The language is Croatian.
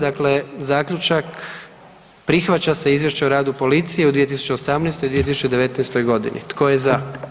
Dakle Zaključak, prihvaća se Izvješće o radu policije u 2018. i 2019. g. Tko je za?